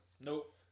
Nope